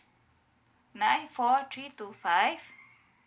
nine four three two five